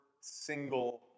single